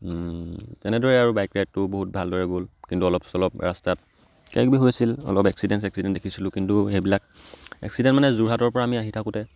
তেনেদৰে আৰু বাইক ৰাইডটো বহুত ভালদৰে গ'ল কিন্তু অলপ চলপ ৰাস্তাত কিবা কিবি হৈছিল অলপ এক্সিডেণ্ট চেক্সিডেণ্ট দেখিছিলোঁ কিন্তু সেইবিলাক এক্সিডেণ্ট মানে যোৰহাটৰ পৰা আমি আহি থাকোঁতে